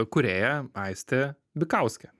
kūrėją aistę vikauskę